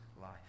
life